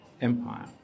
Empire